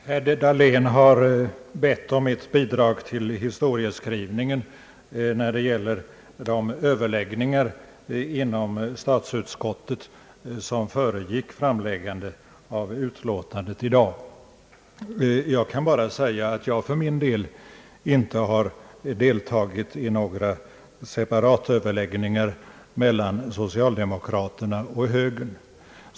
Herr talman! Herr Dahlén har bett om mitt bidrag till historieskrivningen när det gäller de överläggningar inom statsutskottet som föregick framläggandet av utlåtandet i dag. Jag kan bara säga att jag för min del inte har deltagit i några separatöverläggningar mellan socialdemokrater och högermän.